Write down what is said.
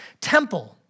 temple